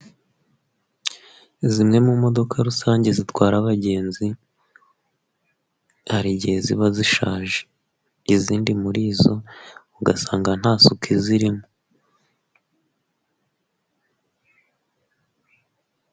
Zimwe mu modoka rusange zitwara abagenzi, hari igihe ziba zishaje. Izindi muri zo, ugasanga nta suku zirimo.